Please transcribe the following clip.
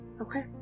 Okay